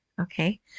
Okay